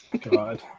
God